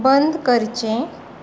बंद करचें